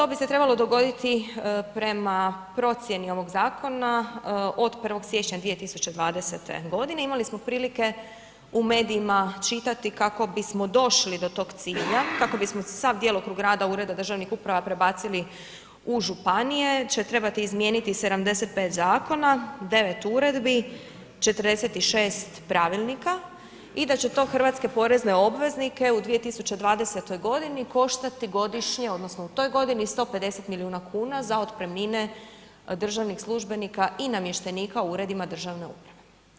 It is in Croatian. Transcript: To bi se trebalo dogoditi prema procjeni ovog zakona od 1. siječnja 2020. godine imali smo prilike u medijima čitati kako bismo došli do tog cilja, kako bismo sa djelokrug rada ureda državnih uprava prebacili u županije će trebati izmijeniti 75 zakona, 9 uredbi, 46 pravilnika i da će to hrvatske porezne obveznike u 2020. godini koštati godišnje odnosno u toj godini 150 milijuna kuna za otpremnine državnih službenika i namještenika u uredima državne uprave.